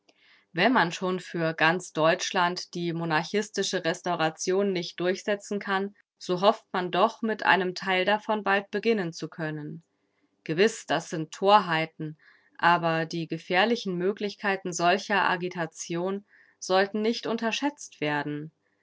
wenn man schon für ganz deutschland die monarchistische restauration nicht durchsetzen kann so hofft man doch mit einem teil davon bald beginnen zu können gewiß das sind torheiten aber die gefährlichen möglichkeiten solcher agitation sollten nicht unterschätzt werden